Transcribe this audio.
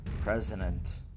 president